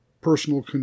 personal